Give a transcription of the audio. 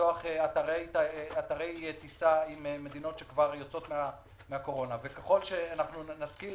לפתוח אתרי טיסה עם מדינות שיוצאות מהקורונה וככל שנשכיל